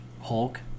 Hulk